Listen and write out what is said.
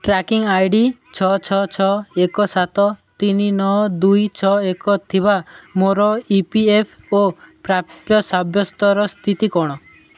tracking I D ଛଅ ଛଅ ଛଅ ଏକ ସାତ ତିନି ନଅ ଦୁଇ ଛଅ ଏକ ଥିବା ମୋର ଇ ପି ଏଫ୍ ଓ ପ୍ରାପ୍ୟ ସାବ୍ୟସ୍ତର ସ୍ଥିତି କ'ଣ